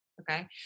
Okay